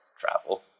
travel